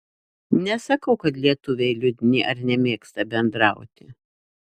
nesakau kad lietuviai liūdni ar nemėgsta bendrauti